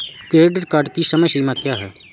Credit card की समय सीमा क्या है?